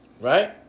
Right